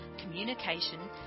communication